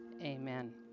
Amen